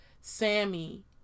Sammy